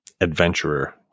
adventurer